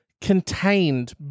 contained